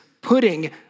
putting